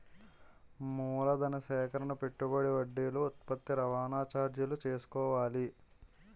మూలధన సేకరణ పెట్టుబడి వడ్డీలు ఉత్పత్తి రవాణా చార్జీలు చూసుకోవాలి